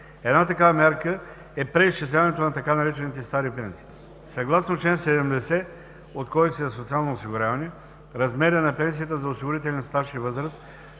Една такава мярка е преизчисляването на така наречените „стари пенсии“. Съгласно чл. 70 от Кодекса за социално осигуряване размерът на пенсията за осигурителен стаж и възраст